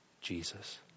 Jesus